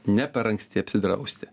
ne per anksti apsidrausti